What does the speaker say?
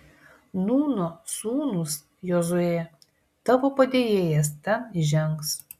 nūno sūnus jozuė tavo padėjėjas ten įžengs